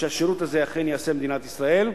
שהשירות הזה אכן יהיה במדינת ישראל.